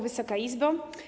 Wysoka Izbo!